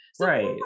Right